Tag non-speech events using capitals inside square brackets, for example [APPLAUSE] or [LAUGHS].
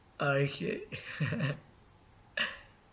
ah okay [LAUGHS] [BREATH]